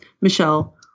Michelle